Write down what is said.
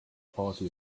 party